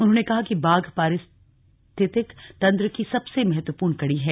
उन्होंने कहा कि बाघ पारिस्थितिक तंत्र की सबसे महत्वपूर्ण कड़ी है